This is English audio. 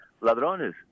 Ladrones